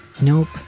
Nope